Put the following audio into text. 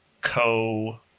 co